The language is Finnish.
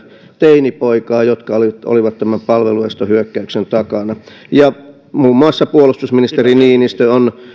teinipoikaa jotka olivat tämän palvelunestohyökkäyksen takana muun muassa puolustusministeri niinistö on